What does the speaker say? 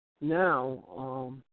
now